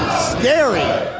scary!